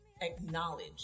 acknowledge